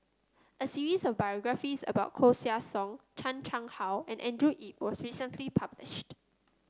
a series of biographies about Koeh Sia Yong Chan Chang How and Andrew Yip was recently published